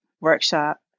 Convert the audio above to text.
workshop